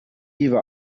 give